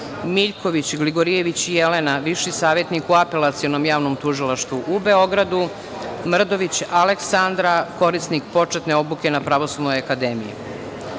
Miljković Gligorijević Jelena, viši savetnik u Apelacionom javnom tužilaštvu u Beogradu, Mrdović Aleksandra, korisnik početne obuke na Pravosudnoj akademiji.Za